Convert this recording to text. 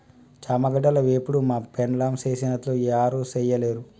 చామగడ్డల వేపుడు మా పెండ్లాం సేసినట్లు యారు సెయ్యలేరు